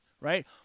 right